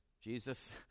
Jesus